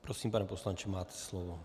Prosím, pane poslanče, máte slovo.